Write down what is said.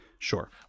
Sure